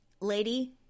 lady